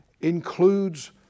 includes